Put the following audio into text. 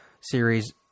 series